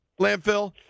Landfill